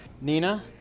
Nina